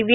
V